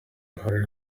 uruhare